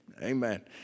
Amen